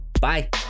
Bye